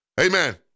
Amen